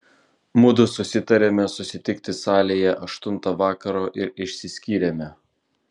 mudu susitarėme susitikti salėje aštuntą vakaro ir išsiskyrėme